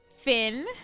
Finn